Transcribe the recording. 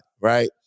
right